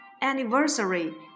anniversary